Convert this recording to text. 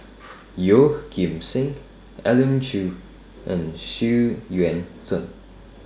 Yeoh Ghim Seng Elim Chew and Xu Yuan Zhen